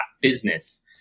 business